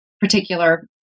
particular